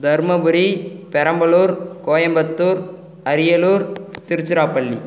Dharmapuri Perambalur Coimbatore Ariyalur Tiruchirappalli